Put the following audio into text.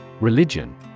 Religion